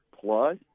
plus